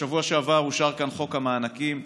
בשבוע שעבר אושר כאן חוק המענקים.